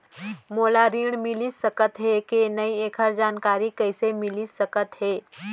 मोला ऋण मिलिस सकत हे कि नई एखर जानकारी कइसे मिलिस सकत हे?